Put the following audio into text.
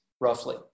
roughly